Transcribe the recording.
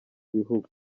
bihugu